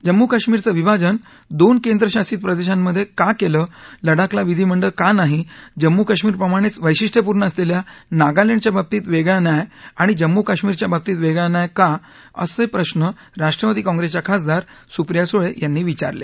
जम्मू कश्मिरचं विभाजन दोन केंद्रशासित प्रदेशांमध्ये का केलं लडाखला विधीमंडळ का नाही जम्मू कश्मिरप्रमाणेच वश्रिष्ट्यपूर्ण असलेल्या नागालँडच्या बाबतीत वेगळा न्याय आणि जम्मू कश्मिरच्या बाबतीत वेगळा न्याय असं का असे प्रश्न राष्ट्रवादी काँप्रेसच्या खासदार सुप्रिया सुळे यांनी विचारले